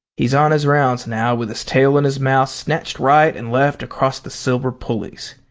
he's on his rounds now with his tail in his mouth snatched right and left across the silver pulleys.